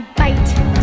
bite